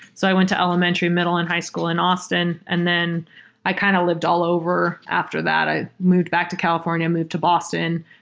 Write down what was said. so i went to elementary, middle and high school in austin, and then i kind of lived all over after that. i moved back to california, moved to boston,